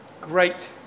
Great